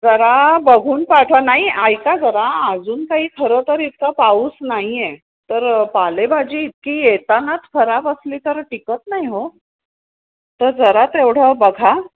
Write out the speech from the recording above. जरा बघून पाठवा नाही ऐका जरा अजून काही खरंतर इतका पाऊस नाही आहे तर पालेभाजी इतकी येतानाच खराब असली तर टिकत नाही हो तर जरा तेवढं बघा